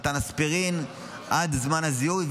מתן אספירין עד זמן הזיהוי,